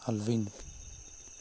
ꯑꯜꯕꯤꯟ